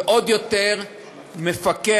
וזה עוד יותר מפקח,